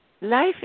Life